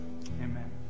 Amen